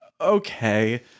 okay